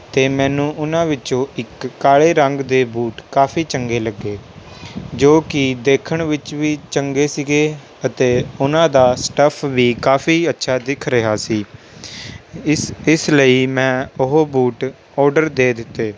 ਅਤੇ ਮੈਨੂੰ ਉਨ੍ਹਾਂ ਵਿੱਚੋਂ ਇੱਕ ਕਾਲੇ ਰੰਗ ਦੇ ਬੂਟ ਕਾਫੀ ਚੰਗੇ ਲੱਗੇ ਜੋ ਕਿ ਦੇਖਣ ਵਿੱਚ ਵੀ ਚੰਗੇ ਸੀ ਅਤੇ ਉਨ੍ਹਾਂ ਦਾ ਸਟੱਫ ਵੀ ਕਾਫੀ ਅੱਛਾ ਦਿਖ ਰਿਹਾ ਸੀ ਇਸ ਇਸ ਲਈ ਮੈਂ ਉਹ ਬੂਟ ਓਡਰ ਦੇ ਦਿੱਤੇ